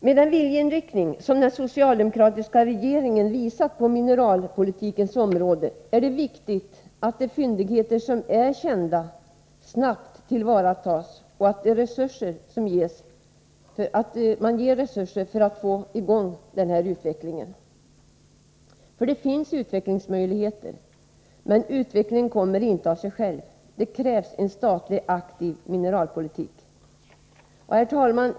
Med den viljeinriktning som den socialdemokratiska regeringen har visat på mineralpolitikens område är det viktigt att de fyndigheter som är kända snabbt tillvaratas och att resurser tilldelas för att få i gång denna utveckling. Det finns utvecklingsmöjigheter, men utveckling kommer inte av sig själv. Det krävs en statlig, aktiv mineralpolitik. Herr talman!